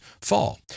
fall